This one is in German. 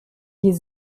wie